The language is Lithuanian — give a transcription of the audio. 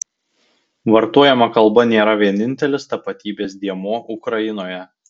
vartojama kalba nėra vienintelis tapatybės dėmuo ukrainoje